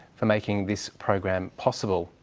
for making this program possible,